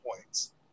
points